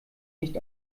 nicht